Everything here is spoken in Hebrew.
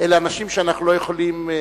אלה אנשים שאנחנו לא יכולים,